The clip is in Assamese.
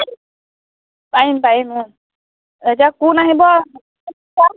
পাৰিম পাৰিম অঁ এতিয়া কোন আহিব ছাৰ